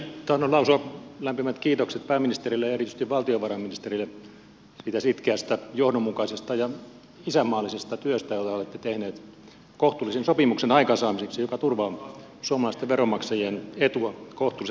tahdon lausua lämpimät kiitokset pääministerille ja erityisesti valtiovarainministerille siitä sitkeästä johdonmukaisesta ja isänmaallisesta työstä jota olette tehneet kohtuullisen sopimuksen aikaansaamiseksi joka turvaa suomalaisten veronmaksajien etua kohtuullisella tavalla